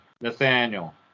Nathaniel